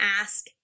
ask